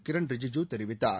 கிரன் ரிஜூஜூ தெரிவித்தார்